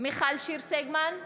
מיכל שיר סגמן,